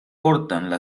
cortan